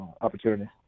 opportunity